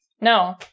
No